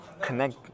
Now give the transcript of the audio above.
connect